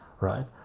right